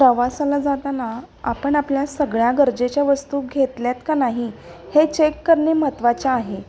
प्रवासाला जाताना आपण आपल्या सगळ्या गरजेच्या वस्तू घेतल्यात का नाही हे चेक करणे महत्वाचे आहे